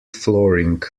flooring